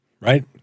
right